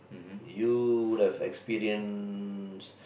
you would have experienced